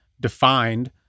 defined